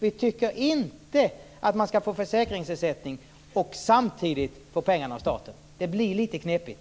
Vi tycker inte att man både skall få försäkringsersättning och samtidigt få pengar av staten. Det blir litet knepigt.